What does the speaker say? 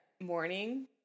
morning